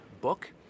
book